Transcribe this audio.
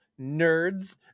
Nerds